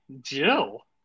Jill